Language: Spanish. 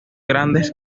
grandes